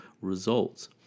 results